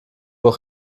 auch